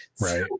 Right